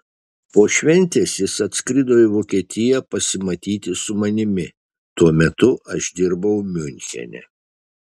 po šventės jis atskrido į vokietiją pasimatyti su manimi tuo metu aš dirbau miunchene